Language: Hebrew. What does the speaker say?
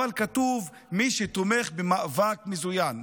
אבל כתוב: מי שתומך במאבק מזוין,